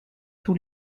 tous